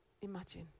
imagine